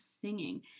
singing